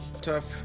Tough